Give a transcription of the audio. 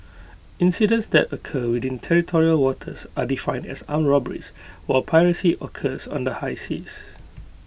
incidents that occur within territorial waters are defined as armed robberies while piracy occurs on the high seas